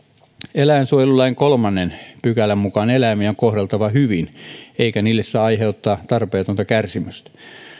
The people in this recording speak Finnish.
eläinsuojelulain kolmannen pykälän mukaan eläimiä on kohdeltava hyvin eikä niille saa aiheuttaa tarpeetonta kärsimystä